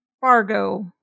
fargo